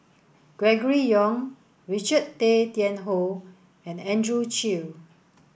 Gregory Yong Richard Tay Tian Hoe and Andrew Chew